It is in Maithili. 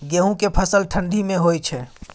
गेहूं के फसल ठंडी मे होय छै?